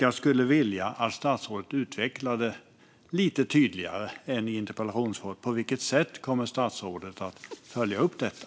Jag skulle också vilja att statsrådet utvecklar lite tydligare än i interpellationssvaret på vilket sätt statsrådet kommer att följa upp detta.